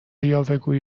یاوهگویی